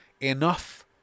enough